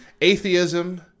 atheism